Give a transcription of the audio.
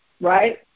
Right